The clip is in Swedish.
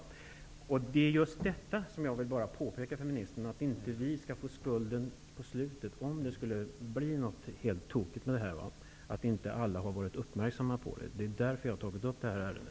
Det är just detta jag vill påpeka för ministern, så att inte vi politiker till slut får skulden om det skulle ske något helt tokigt, och inte alla varit uppmärksamma på detta. Det är därför jag har tagit upp detta ärende.